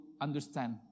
understand